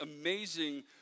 amazing